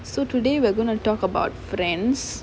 so today we're going to talk about friends